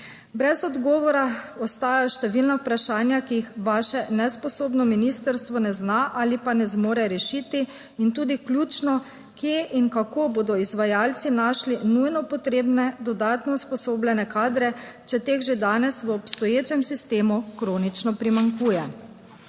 Brez odgovora ostajajo številna vprašanja, ki jih vaše nesposobno ministrstvo ne zna ali pa ne zmore rešiti, in tudi ključno: kje in kako bodo izvajalci našli nujno potrebne dodatno usposobljene kadre, če teh že danes v obstoječem sistemu kronično primanjkuje?